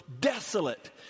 desolate